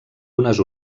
unes